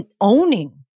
owning